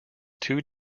two